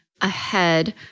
ahead